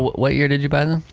what what year did you buy them?